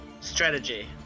Strategy